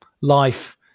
life